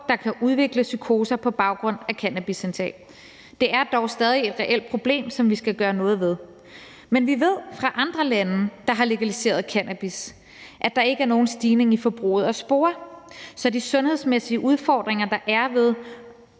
der kan udvikle psykoser på baggrund af cannabisindtag. Det er dog stadig et reelt problem, som vi skal gøre noget ved. Men vi ved fra andre lande, der har legaliseret cannabis, at der ikke er nogen stigning i forbruget at spore. Så de sundhedsmæssige udfordringer, der er ved